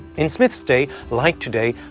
in smith's day, like today,